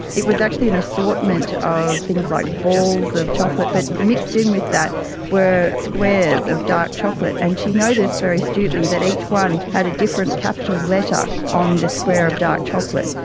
it was actually an assortment of things like balls of chocolate, but mixed in with that were squares of dark chocolate, and she noticed very astutely that each one had a different capital letter on the square of dark chocolate.